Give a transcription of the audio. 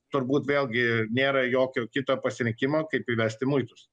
turbūt vėlgi nėra jokio kito pasirinkimo kaip įvesti muitus